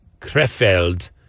Krefeld